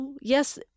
Yes